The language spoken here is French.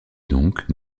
donc